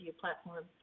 platform